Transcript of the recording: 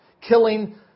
Killing